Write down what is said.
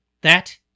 That